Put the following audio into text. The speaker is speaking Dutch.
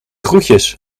groetjes